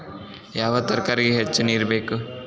ಯಾವ ತರಕಾರಿಗೆ ಹೆಚ್ಚು ನೇರು ಬೇಕು?